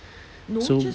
so